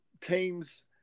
teams